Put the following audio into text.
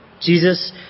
Jesus